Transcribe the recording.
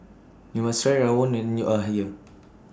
YOU must Try Rawon when YOU Are here